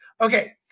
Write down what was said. Okay